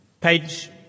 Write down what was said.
Page